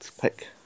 pick